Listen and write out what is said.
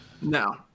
No